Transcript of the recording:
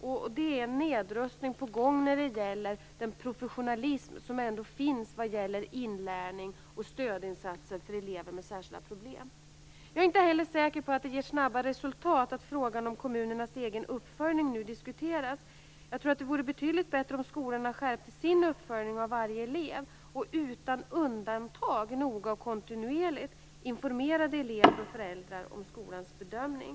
Och det är nedrustning på gång när det gäller den professionalism som finns för inlärning och stödinsatser för elever med särskilda problem. Jag är inte heller säker på att det ger snabba resultat att frågan om kommunernas egen uppföljning nu diskuteras. Det vore betydligt bättre om skolorna skärpte sin uppföljning av varje elev och utan undantag noga och kontinuerligt informerade elever och föräldrar om skolans bedömning.